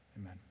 Amen